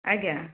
ଆଜ୍ଞା